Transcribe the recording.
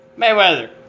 Mayweather